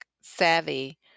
savvy